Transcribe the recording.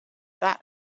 that